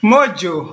Mojo